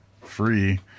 free